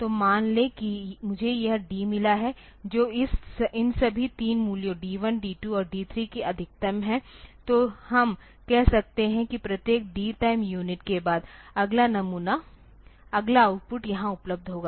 तो मान लें कि मुझे यह D मिला है जो इन सभी 3 मूल्यों D 1 D 2 और D 3 की अधिकतम है तो हम कह सकते हैं कि प्रत्येक Dटाइम यूनिट के बाद अगला नमूना अगला आउटपुट यहां उपलब्ध होगा